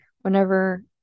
whenever